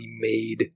made